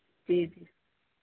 जी जी